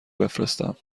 بفرستم